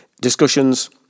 Discussions